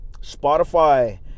Spotify